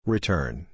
Return